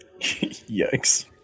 Yikes